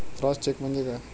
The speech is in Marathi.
क्रॉस चेक म्हणजे काय?